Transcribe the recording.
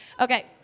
Okay